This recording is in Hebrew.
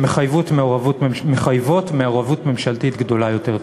שמחייבים מעורבות ממשלתית גדולה יותר.